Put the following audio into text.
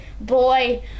boy